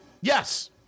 yes